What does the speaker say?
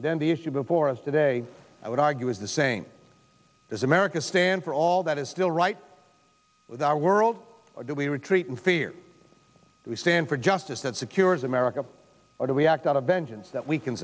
then the issue before us today i would argue is the same as america stands for all that is still right with our world do we retreat in fear we stand for justice that secures america or do we act out of vengeance that we